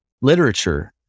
literature